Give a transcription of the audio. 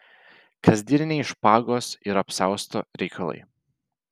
kasdieniniai špagos ir apsiausto reikalai